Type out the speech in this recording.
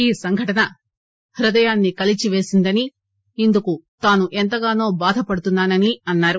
ఈ సంఘటన హృదయాన్ని కలిచివేసిందని ఇందుకు తాను ఎంతగానో బాధపడుతున్నానని అన్నారు